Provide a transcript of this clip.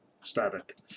static